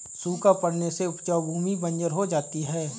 सूखा पड़ने से उपजाऊ भूमि बंजर हो जाती है